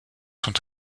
sont